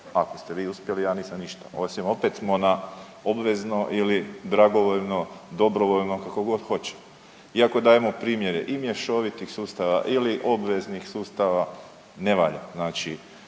ako ste vi uspjeli ja nisam ništa, osim opet smo na obvezno ili dragovoljno, dobrovoljno kako god hoćete, iako dajemo primjere i mješovitih sustava ili obveznih sustava, ne valja.